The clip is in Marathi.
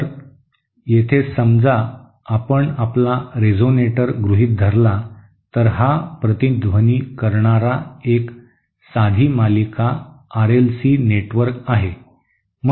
तर येथे समजा आपण आपला रेझोनेटर गृहित धरला तर हा प्रतिध्वनी करणारा एक साधी मालिका आर एल सी नेटवर्क आहे